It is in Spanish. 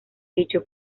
dicho